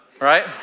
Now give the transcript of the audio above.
right